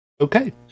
Okay